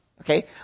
okay